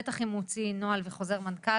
בטח אם הוא הוציא נוהל וחוזר מנכ"ל.